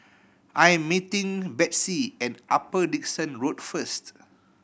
I'm meeting Betsey at Upper Dickson Road first